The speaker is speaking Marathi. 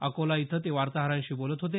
अकोला इथं ते वार्ताहरांशी बोलत होते